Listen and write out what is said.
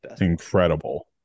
incredible